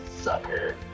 Sucker